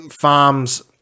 farms